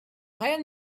brian